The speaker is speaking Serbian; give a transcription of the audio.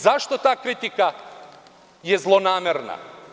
Zašto je ta kritika zlonamerna?